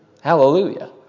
Hallelujah